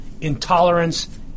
intolerance